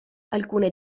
alcune